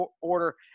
order